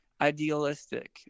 idealistic